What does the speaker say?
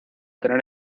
tener